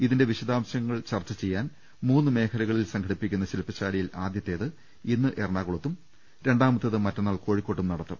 ഇതിന്റെ വിശദാംശങ്ങൾ ചർച്ച ചെയ്യാൻ മൂന്ന് മേഖലകളിൽ സംഘടിപ്പി ക്കുന്ന ശില്പശാലയിൽ ആദ്യത്തേത് ഇന്ന് എറണാകുളത്തും രണ്ടാമത്തേത് മറ്റുന്നാൾ കോഴിക്കോട്ടും നടത്തും